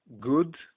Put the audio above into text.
good